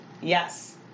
Yes